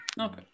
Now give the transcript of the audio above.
Okay